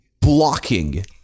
blocking